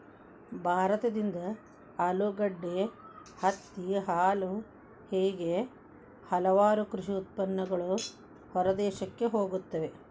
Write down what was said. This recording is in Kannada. ಭಾರತದಿಂದ ಆಲೂಗಡ್ಡೆ, ಹತ್ತಿ, ಹಾಲು ಹೇಗೆ ಹಲವಾರು ಕೃಷಿ ಉತ್ಪನ್ನಗಳು ಹೊರದೇಶಕ್ಕೆ ಹೋಗುತ್ತವೆ